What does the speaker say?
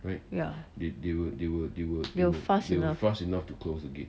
ya they were fast enough